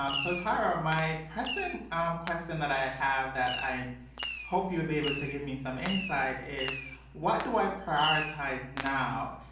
um so, tara, my present question that i have that i hope you'll be able to give me some insight is what do i prioritize now?